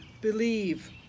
Believe